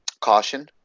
caution